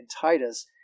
Titus